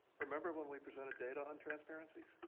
remember when we presented data on transparencies?